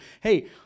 hey